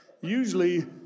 Usually